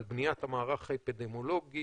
על בניית המערך האפידמיולוגי,